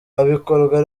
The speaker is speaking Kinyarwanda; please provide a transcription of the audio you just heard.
ibikorwa